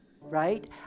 right